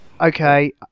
Okay